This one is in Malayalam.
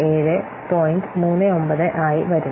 39 ആയി വരുന്നു